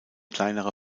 kleinere